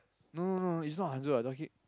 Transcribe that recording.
no no it's not Hanzo